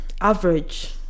average